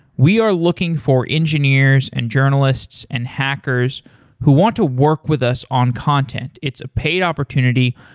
we are looking for engineers and journalists and hackers who want to work with us on content. it's a paid opportunity.